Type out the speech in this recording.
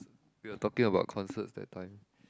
we are talking about concerts that time